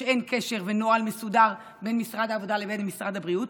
כשאין קשר ונוהל מסודר בין משרד העבודה לבין משרד הבריאות,